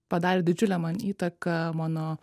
padarė didžiulę man įtaką mano